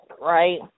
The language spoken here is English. right